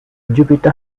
jupiter